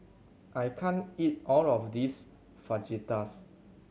I can't eat all of this Fajitas